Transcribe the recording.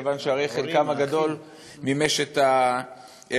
כיוון שהרי חלקם הגדול מימשו את הפוטנציאל.